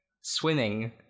swimming